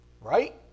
Right